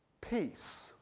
peace